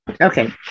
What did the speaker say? Okay